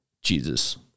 Jesus